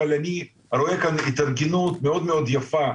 אבל אני רואה כאן התארגנות מאד יפה,